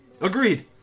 Agreed